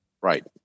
Right